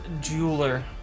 jeweler